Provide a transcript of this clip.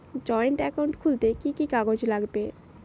Joint account খুলতে কি কি কাগজ লাগবে?